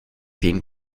zehn